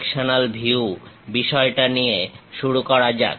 sectional view বিষয়টা নিয়ে শুরু করা যাক